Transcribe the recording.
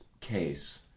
case